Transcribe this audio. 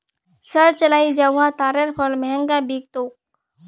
शहर चलइ जा वहा तारेर फल महंगा बिक तोक